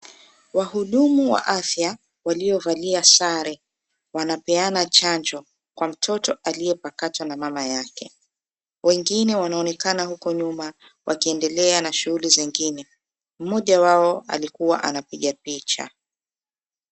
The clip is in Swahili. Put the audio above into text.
Wahudumu wa afya walio valia sare, wanapeana chanjo kwa mtoto aliyepakatwa na mama yake. Wengine wanaonekana huko nyuma wakiendelea na shughuli zingine. Mmoja wao alikua anapiga picha.